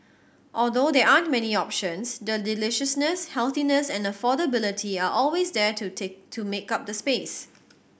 although there aren't many options the deliciousness healthiness and affordability are always there to take to make up the space